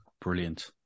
brilliant